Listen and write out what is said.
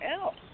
else